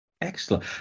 excellent